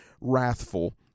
wrathful